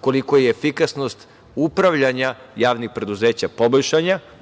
koliko je efikasnost upravljanja javnih preduzeća